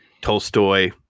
Tolstoy